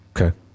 Okay